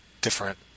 different